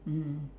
mm